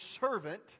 servant